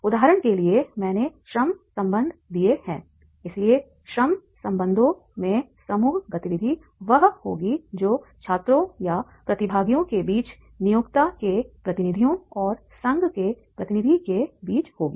उदाहरण के लिए मैंने श्रम संबंध दिए हैं इसलिए श्रम संबंधों में समूह गतिविधि वह होगी जो छात्रों या प्रतिभागियों के बीच नियोक्ता के प्रतिनिधियों और संघ के प्रतिनिधि के बीच होगी